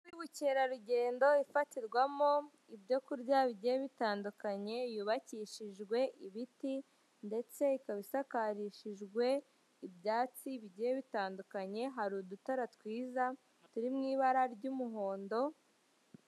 Inzu y'ubukerarugendo ifatirwamo ibyo kurya bigiye bitandukanye, yubakishijwe ibiti ndetse ikaba ishakakarishijwe ibyatsi bigiye bitandukanye, hari udutara twiza turi mu ibara ry'umuhondo.